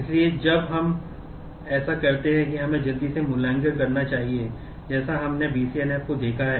इसलिए जब हम ऐसा करते हैं तो हमें जल्दी से मूल्यांकन करना चाहिए जैसे हमने BCNF को देखा है